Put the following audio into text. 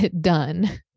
done